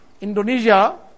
Indonesia